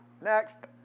Next